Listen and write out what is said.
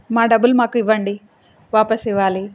మా డబ్బులు మాకు ఇవ్వండి వాపస్ ఇవ్వాలి